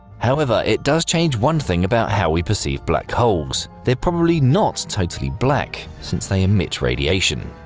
however, it does change one thing about how we perceive black holes they're probably not totally black, since they emit radiation.